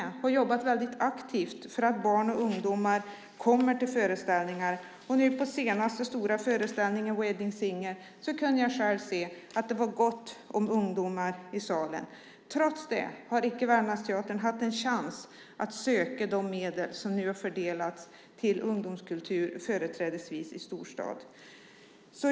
Man har jobbat aktivt för att barn och ungdomar ska komma till föreställningarna. På den senaste stora förställningen, The wedding singer , kunde jag själv se att det var gott om ungdomar i salen. Trots det har Värmlandsteatern inte haft en chans att söka de medel som nu har förmedlats till ungdomskultur, företrädesvis i storstad.